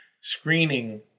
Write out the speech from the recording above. screening